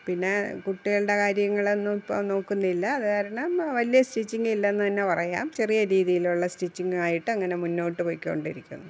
പിന്നെ കുട്ടികളുടെ കാര്യങ്ങളൊന്നുമിപ്പോള് നോക്കുന്നില്ല അത് കാരണം വലിയ സ്റ്റിച്ചിങ്ങില്ലെന്നു തന്നെ പറയാം ചെറിയ രീതിയിലുള്ള സ്റ്റിച്ചിങ്ങുമായിട്ടങ്ങനെ മുന്നോട്ട് പൊയ്ക്കോണ്ടിരിക്കുന്നു